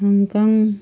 Hong Kong